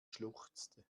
schluchzte